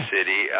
City